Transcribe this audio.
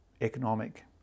economic